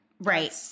Right